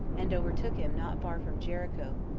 and overtook him not far from jericho,